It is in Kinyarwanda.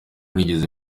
nigeze